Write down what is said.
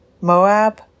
Moab